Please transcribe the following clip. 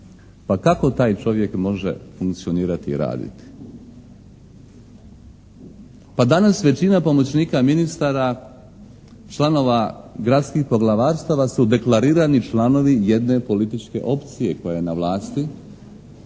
Pa kako taj čovjek može funkcionirati i raditi? Pa danas većina pomoćnika ministara, članova gradskih poglavarstava su deklarirani članovi jedne političke opcije koja je na vlasti